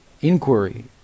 inquiry